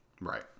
Right